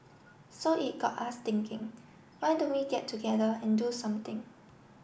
so it got us thinking why don't we get together and do something